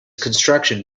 construction